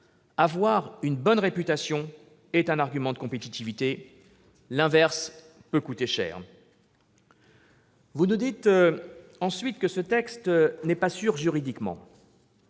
Avoir une bonne réputation est un argument de compétitivité. L'inverse peut coûter cher. Vous nous dites également que ce texte n'est pas sûr juridiquement.